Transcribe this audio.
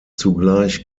zugleich